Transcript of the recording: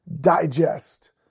digest